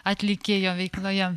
atlikėjo veikloje